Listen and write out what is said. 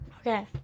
Okay